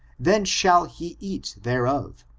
then shall he eat thereof.